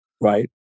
Right